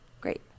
great